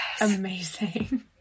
Amazing